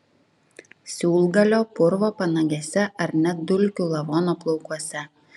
siūlgalio purvo panagėse ar net dulkių lavono plaukuose